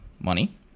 money